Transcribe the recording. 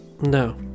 No